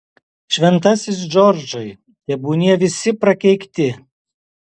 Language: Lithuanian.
šventasis džordžai tebūnie visi prakeikti